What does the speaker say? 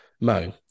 Mo